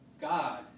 God